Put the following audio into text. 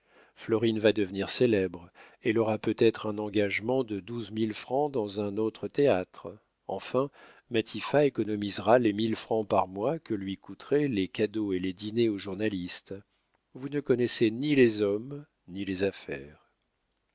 florine va devenir célèbre elle aura peut-être un engagement de douze mille francs dans un autre théâtre enfin matifat économisera les mille francs par mois que lui coûteraient les cadeaux et les dîners aux journalistes vous ne connaissez ni les hommes ni les affaires